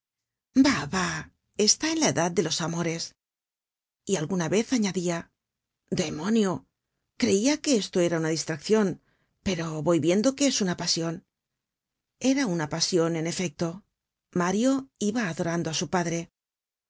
ba está en la edad de los amores y alguna vez añadia demonio creia que esto era una distraccion pero voy viendo que es una pasion era una pasion en efecto mario iba adorando á su padre